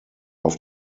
auf